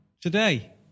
today